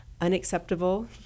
unacceptable